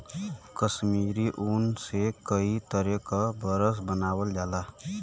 कसमीरी ऊन से कई तरे क बरस बनावल जाला